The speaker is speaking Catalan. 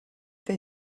que